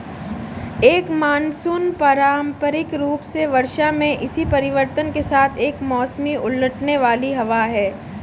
एक मानसून पारंपरिक रूप से वर्षा में इसी परिवर्तन के साथ एक मौसमी उलटने वाली हवा है